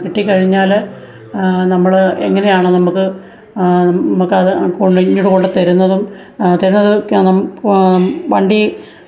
കിട്ടിക്കഴിഞ്ഞാല് നമ്മള് എങ്ങനെയാണ് നമുക്ക് നം നമ്മള്ക്ക് അത് ഇങ്ങോട്ടു കൊണ്ടുത്തരുന്നതും തരുന്നത് ഒക്കെ നം വണ്ടി